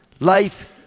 Life